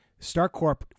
StarCorp